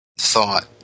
thought